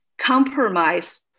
compromise